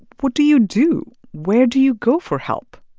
what do you do? where do you go for help?